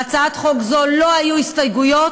להצעת חוק זו לא היו הסתייגויות.